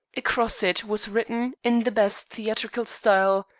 across it was written, in the best theatrical style,